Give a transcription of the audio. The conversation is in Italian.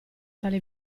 tale